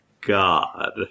God